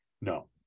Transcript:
no